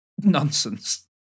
nonsense